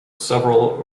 several